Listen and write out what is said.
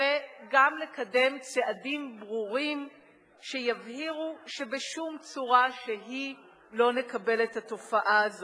וגם תקדם צעדים ברורים שיבהירו שבשום צורה שהיא לא נקבל את התופעה הזאת.